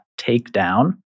takedown